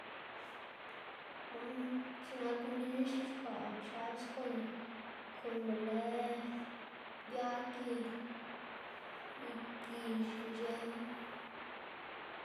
man x̱iꞌk nak mginn xc̲h̲ixkwaꞌ pchaꞌs kok kon be lë yag y y gix ic̲h̲ëw.